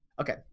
Okay